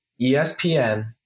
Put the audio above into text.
ESPN